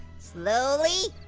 slowly,